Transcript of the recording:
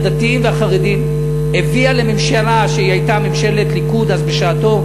הדתיים והחרדים הביא לממשלה שהיא הייתה ממשלת ליכוד אז בשעתו,